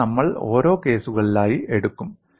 ഇപ്പോൾ നമ്മൾ ഓരോ കേസുകളായി എടുക്കും